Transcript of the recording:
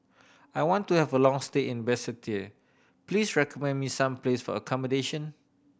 I want to have a long stay in Basseterre please recommend me some place for accommodation